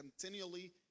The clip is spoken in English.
continually